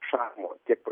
šarmo tiek